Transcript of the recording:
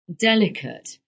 delicate